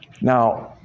now